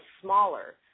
smaller